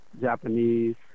Japanese